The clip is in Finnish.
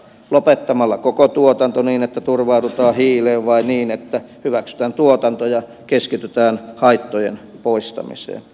lopettamalla koko tuotanto niin että turvaudutaan hiileen vai hyväksymällä tuotanto ja keskittymällä haittojen poistamiseen